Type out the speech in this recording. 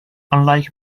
unlike